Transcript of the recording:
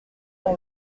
dans